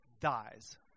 dies